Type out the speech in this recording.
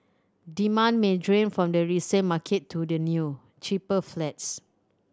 demand may drain from the resale market to the new cheaper flats